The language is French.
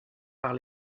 par